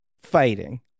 Fighting